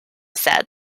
said